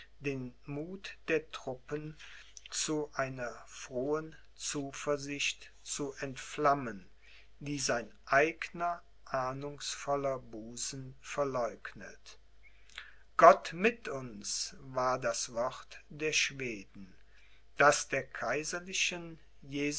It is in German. den muth der truppen zu einer frohen zuversicht zu entflammen die sein eigner ahnungsvoller busen verleugnet gott mit uns war das wort der schweden das der kaiserlichen